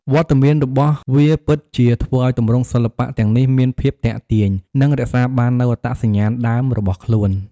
វត្តមានរបស់វាពិតជាធ្វើឱ្យទម្រង់សិល្បៈទាំងនេះមានភាពទាក់ទាញ និងរក្សាបាននូវអត្តសញ្ញាណដើមរបស់ខ្លួន។